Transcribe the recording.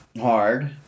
hard